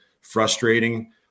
frustrating